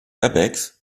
airbags